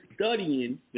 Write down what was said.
studying